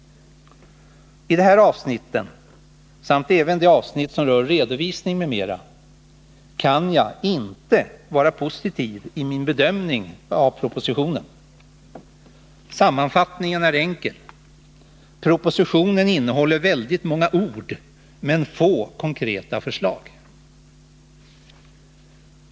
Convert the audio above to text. I de här avsnitten samt även i de avsnitt som rör redovisning m.m. kan jag inte vara positiv i min bedömning av propositionen. Sammanfattningen är enkel: Propositionen innehåller väldigt många ord, men få konkreta förslag.